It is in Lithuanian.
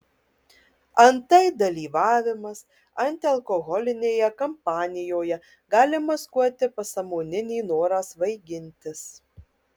antai dalyvavimas antialkoholinėje kampanijoje gali maskuoti pasąmoninį norą svaigintis